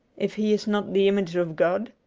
if he is not the image of god,